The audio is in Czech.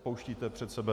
Pouštíte před sebe.